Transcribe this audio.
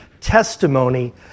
testimony